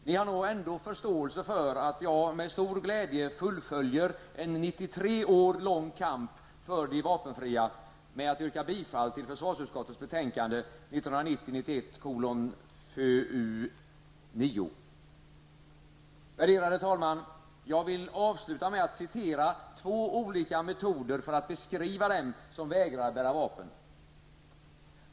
Ni har nog ändå förståelse för att jag med stor glädje fullföljer en 93 år lång kamp för de vapenfria med att yrka bifall till försvarsutskottets hemställan i betänkande Värderade talman! Jag vill sluta med att citera ur två olika skrifter för att beskriva dem som vägrar bära vapen.